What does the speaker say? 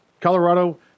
Colorado